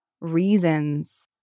reasons